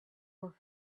were